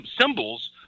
symbols